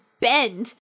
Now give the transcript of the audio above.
bend